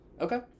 Okay